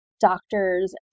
doctors